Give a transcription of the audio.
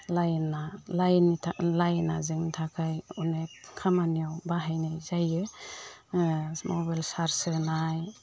लाइना लाइननि थाखाय लाइना जोंनि थाखाय अनेख खामानियाव बाहायनाय जायो जों मबाइल चार्स होनाय